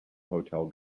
hotel